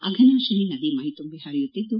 ಅಘನಾತಿನಿ ನದಿ ಮೈದುಂಬಿ ಹರಿಯುತ್ತಿದ್ದು